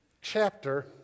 chapter